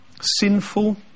sinful